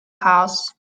house